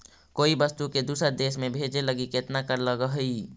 कोई वस्तु के दूसर देश में भेजे लगी केतना कर लगऽ हइ?